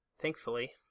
thankfully